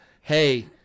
hey